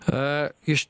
a iš